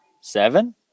Seven